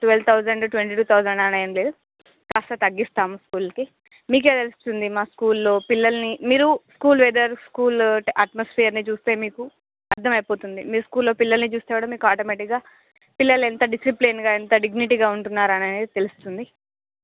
twelve thousand twenty two thousand అని ఏమి లేదు కాస్త తగ్గిస్తాం స్కూల్కి మీకే తెలుస్తుంది మా స్కూల్లో మా పిల్లలని మీరు స్కూల్ వెదర్ స్కూల్లో అటమోస్ఫూయర్ని చూస్తే మీకు అర్ధమైపోతుంది మీ స్కూల్లో పిల్లలని చూస్తే కూడా మీకు ఆటోమేటిక్గా పిల్లలు ఎంత డిససిప్లైన్గా ఎంత డిగ్నిటీగా ఉంటున్నారు అనేది తెలుస్తుంది